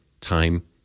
time